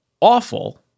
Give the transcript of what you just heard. awful